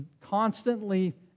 constantly